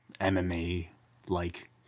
MMA-like